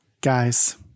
guys